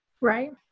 Right